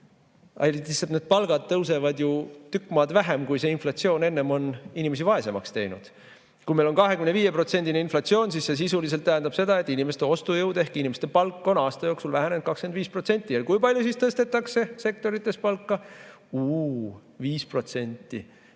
tõstma? Lihtsalt need palgad tõusevad ju tükk maad vähem, kui see inflatsioon enne on inimesi vaesemaks teinud. Kui meil on 25%‑line inflatsioon, siis see sisuliselt tähendab seda, et inimeste ostujõud ehk inimeste palk on aasta jooksul vähenenud 25%. Kui palju tõstetakse sektorites palka? Uu, 5%!